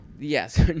Yes